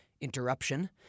interruption